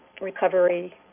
recovery